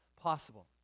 possible